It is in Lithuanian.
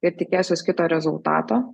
ir tikėsiuos kito rezultato